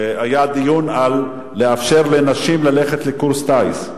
כשהיה דיון על לאפשר לנשים ללכת לקורס טיס,